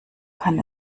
kann